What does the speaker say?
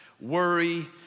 worry